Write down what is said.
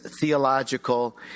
theological